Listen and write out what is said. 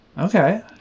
Okay